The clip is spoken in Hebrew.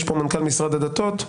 מנכ"ל משרד הדתות פה.